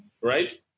Right